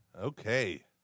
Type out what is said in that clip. Okay